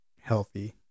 healthy